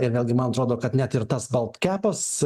ir vėlgi man atrodo kad net ir tas baltkepas